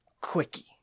quickie